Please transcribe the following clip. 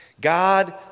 God